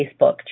Facebook